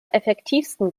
effektivsten